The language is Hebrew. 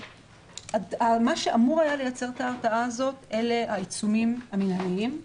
מה שאמור היה לייצר את הרתעה הזאת אלה העיצומים המנהליים.